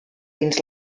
dins